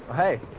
hey.